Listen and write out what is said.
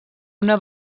una